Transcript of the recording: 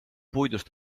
puidust